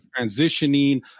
transitioning